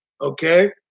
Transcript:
okay